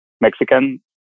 Mexican